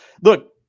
look